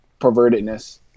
pervertedness